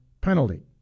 penalty